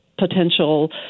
potential